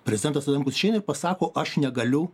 prezidentas adamkus išeina ir pasako aš negaliu